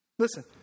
Listen